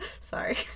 Sorry